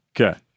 Okay